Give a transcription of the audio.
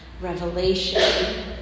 revelation